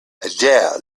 adele